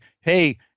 hey